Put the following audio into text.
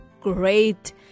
great